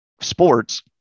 sports